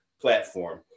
platform